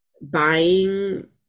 buying